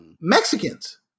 Mexicans